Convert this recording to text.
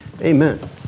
Amen